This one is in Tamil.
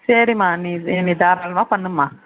சரிம்மா நீ நீ தாராளமாக பண்ணும்மா